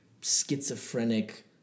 schizophrenic